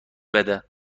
بده